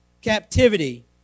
captivity